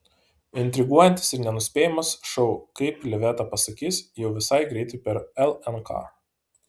intriguojantis ir nenuspėjamas šou kaip liveta pasakys jau visai greitai per lnk